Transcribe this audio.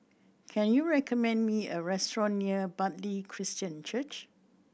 can you recommend me a restaurant near Bartley Christian Church